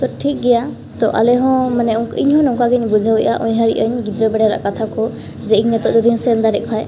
ᱴᱷᱤᱠ ᱜᱮᱭᱟ ᱛᱚ ᱟᱞᱮᱦᱚᱸ ᱢᱟᱱᱮ ᱤᱧᱦᱚᱸ ᱱᱚᱝᱠᱟᱜᱮᱧ ᱵᱩᱡᱷᱟᱹᱣᱮᱜᱼᱟ ᱩᱭᱦᱟᱹᱨᱮᱜᱼᱟᱹᱧ ᱜᱤᱫᱽᱨᱟᱹ ᱵᱮᱲᱟ ᱨᱮᱭᱟᱜ ᱠᱟᱛᱷᱟ ᱠᱚ ᱡᱮ ᱤᱧ ᱱᱤᱛᱚᱜᱨᱮ ᱵᱟᱹᱧ ᱥᱮᱱ ᱫᱟᱲᱮᱜ ᱠᱷᱟᱡ